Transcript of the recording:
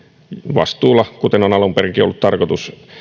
vastuulla kuten on alun perinkin ollut tarkoitus